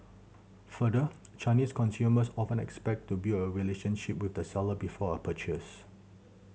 further Chinese consumers often expect to build a relationship with the seller before a purchase